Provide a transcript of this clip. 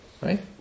right